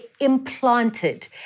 implanted